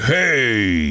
Hey